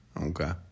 Okay